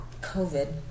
COVID